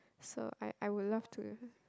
so I I will love to